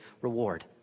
reward